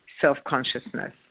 self-consciousness